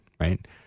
Right